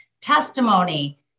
testimony